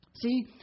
see